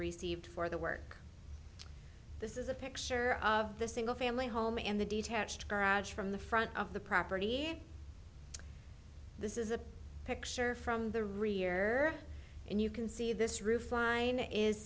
received for the work this is a picture of the single family home in the detached garage from the front of the property this is a picture from the rear and you can see this roof line is